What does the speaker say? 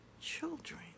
children